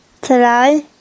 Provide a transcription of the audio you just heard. today